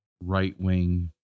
right-wing